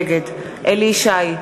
נגד אליהו ישי,